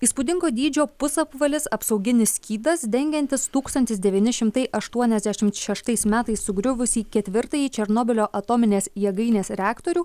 įspūdingo dydžio pusapvalis apsauginis skydas dengiantis tūkstantis devyni šimtai aštuoniasdešimt šeštais metais sugriuvusį ketvirtąjį černobylio atominės jėgainės reaktorių